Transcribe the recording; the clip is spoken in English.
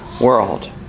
world